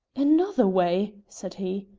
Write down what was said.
another way, said he.